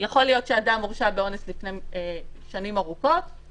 יכול להיות שאדם הורשע באונס לפני שנים ארוכות,